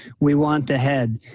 we want the head.